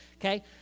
Okay